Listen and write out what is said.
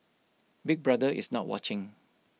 Big Brother is not watching